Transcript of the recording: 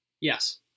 Yes